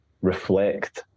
reflect